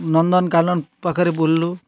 ନନ୍ଦନକାନନ ପାଖରେ ବୁଲିଲୁ